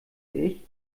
ich